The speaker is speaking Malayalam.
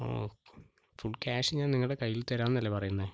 ആ ഫുൾ ക്യാഷ് ഞാൻ നിങ്ങളുടെ കയ്യിൽ തരാമെന്നല്ലേ പറയുന്നേ